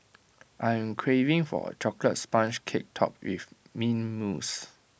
I am craving for A Chocolate Sponge Cake Topped with Mint Mousse